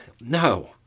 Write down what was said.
no